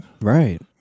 Right